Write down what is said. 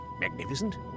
Magnificent